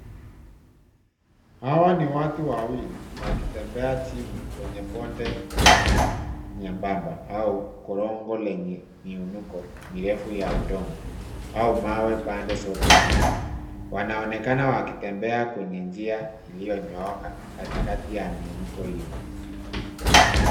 Hawa ni watu wawili wakitembea chini kwenye bonde refu nyembamba au korongo lenye miunoko mirefu ya udongo du mawe sote mbili. Wanaonekana wakitembea kuonye njia iliyonyooka katikati ya Miuniko hiyo.